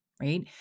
Right